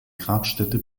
grabstätte